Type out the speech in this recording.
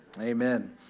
amen